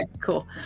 cool